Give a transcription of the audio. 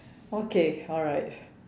okay alright